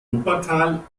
wuppertal